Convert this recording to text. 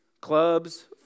clubs